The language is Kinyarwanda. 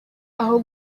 aho